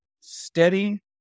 steady